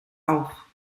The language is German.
auf